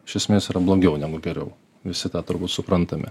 iš esmės yra blogiau negu geriau visi tą turbūt suprantame